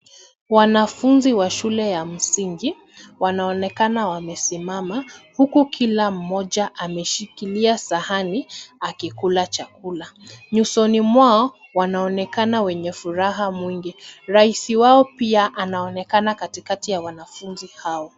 Wanafunzi wa shule ya msingi wanaonekana wamesimama huku kila mmoja ameshikilia sahani akikula chakula. Nyusoni mwao wanaonekana wenye furaha mwingi. Rais wao pia anaonekana katikati ya wanafunzi hawa.